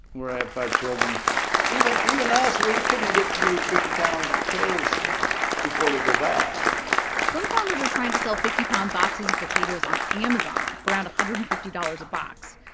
where i have five children even even us we couldn't get through fifty pounds of potatoes before they go bad some farmers are trying to sell fifty pound boxes of potatoes on amazon for around one hundred and fifty dollars a box.